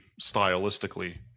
stylistically